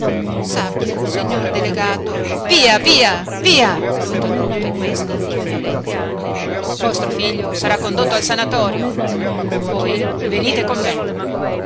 sappia signor delegato via via via lo interrompe questi con violenza vostro figlio sarà condotto al sanatorio voi venite con me